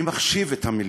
אני מחשיב את המילים.